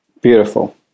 Beautiful